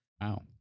Wow